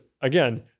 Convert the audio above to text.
again